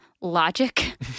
logic